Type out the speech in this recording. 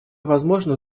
возможно